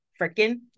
freaking